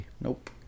Nope